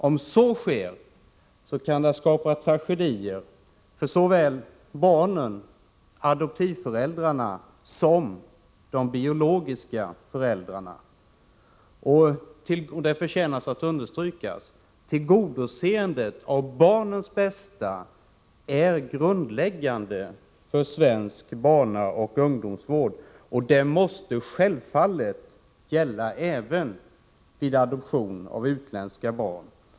Om så sker kan det uppstå tragedier för såväl barnen som adoptivföräldrarna och de biologiska föräldrarna. Det förtjänar att understrykas att tillgodoseendet av barnens bästa är grundläggande för svensk barnaoch ungdomsvård. Det måste självfallet gälla även vid adoption av utländska barn.